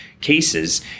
cases